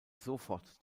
sofort